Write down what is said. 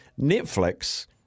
netflix